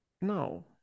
No